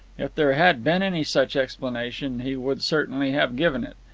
if there had been any such explanation, he would certainly have given it.